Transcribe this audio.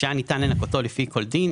שהיה ניתן לנכותו לפי כל דין,